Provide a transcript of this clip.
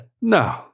No